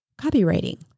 copywriting